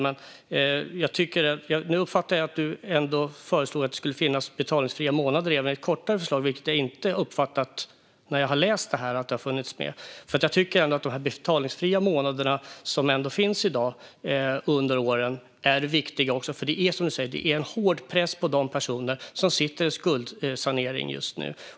Men jag uppfattar det som att Larry Söder föreslår att det ska finnas betalningsfria månader även med det kortare förslaget, vilket jag inte har uppfattat det som när jag har läst förslaget. De betalningsfria månaderna, som ändå finns i dag, är viktiga. Det är som sagt hård press på de personer som är i skuldsanering just nu.